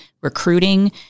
recruiting